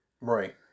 Right